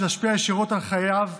שתשפיע ישירות על חייו.